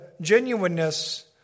genuineness